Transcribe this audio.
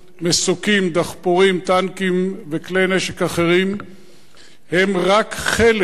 מסוקים, דחפורים, טנקים וכלי נשק אחרים הם רק חלק,